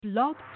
blog